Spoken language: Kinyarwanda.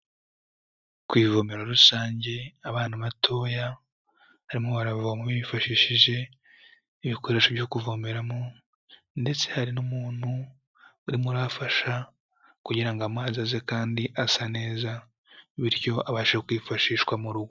Ku ivomero rusange abana batoya barimo abaravoma bifashishije ibikoresho byo kuvomeramo, ndetse hari n'umuntu urimo urabafasha kugira ngo amazi aze kandi asa neza, bityo abashe kwifashishwa mu rugo.